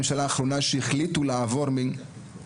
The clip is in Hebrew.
שבממשלה האחרונה הוחלט להעביר את